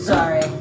Sorry